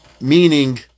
meaning